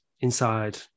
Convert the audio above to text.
inside